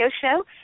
show